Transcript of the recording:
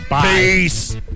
peace